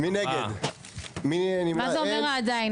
מה זה אומר: "עדיין"?